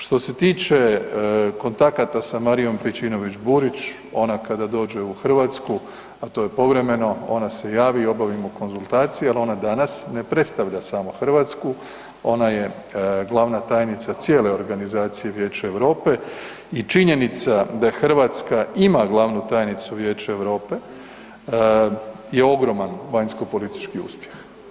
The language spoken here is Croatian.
Što se tiče kontakata sa Marijom Pejčinović Burić, ona kada dođe u Hrvatsku, a to je povremeno, ona se javi i obavimo konzultacije, ali ona danas ne predstavlja samo Hrvatsku, ona je glavna tajnica cijele organizacije Vijeća Europe i činjenica da Hrvatska ima glavnu tajnicu Vijeća Europe je ogroman vanjskopolitički uspjeh.